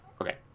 Okay